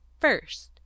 first